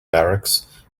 barracks